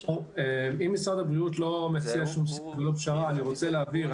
אם משרד הבריאות לא מציע שום פשרה אני רוצה להבהיר,